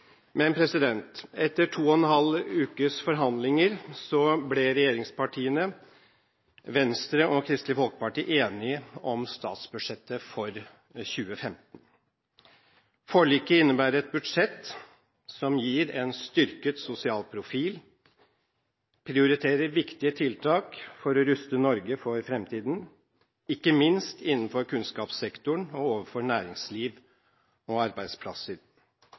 men jeg vil si til NRKs ære og til det frivillige Norges ære at en slik del av et budsjettforlik vil være en pryd uansett. Etter to og en halv ukes forhandlinger ble regjeringspartiene, Venstre og Kristelig Folkeparti enige om statsbudsjettet for 2015. Forliket innebærer et budsjett som gir en styrket sosial profil, og prioriterer viktige tiltak